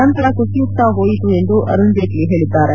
ನಂತರ ಕುಸಿಯುತ್ತಾ ಹೋಯಿತು ಎಂದು ಅರುಣ್ ಜೇಟ್ತಿ ಹೇಳಿದ್ದಾರೆ